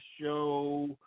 show